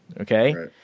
okay